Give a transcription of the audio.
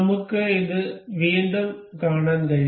നമുക്ക് ഇത് വീണ്ടും കാണാൻ കഴിയും